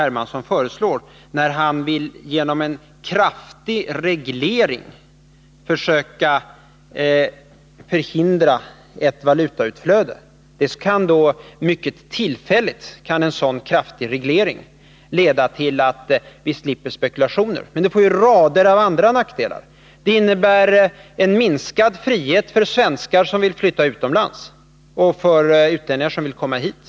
Hermansson föreslår när han genom en kraftig reglering vill försöka hindra ett valutautflöde. Mycket tillfälligt kan en så kraftig reglering leda till att vi slipper spekulationer. Men det får ju en mängd andra nackdelar. Det innebär en minskning av friheten för svenskar som vill flytta utomlands och för utlänningar som vill komma hit.